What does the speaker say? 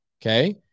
Okay